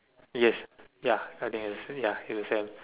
yes ya I think it's ya it's the same